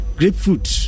grapefruit